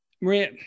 Maria